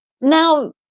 now